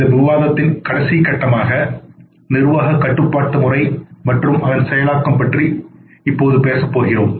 இந்த விவாதத்தில் கடைசி கட்டமாக நிர்வாக கட்டுப்பாட்டு முறை மற்றும் அதன் செயலாக்கம் பற்றி இப்போது பேசுகிறோம்